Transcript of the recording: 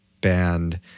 band